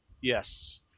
Yes